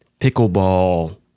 pickleball